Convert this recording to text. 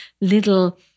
little